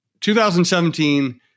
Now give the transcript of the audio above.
2017